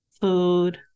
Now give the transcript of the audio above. food